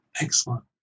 Excellent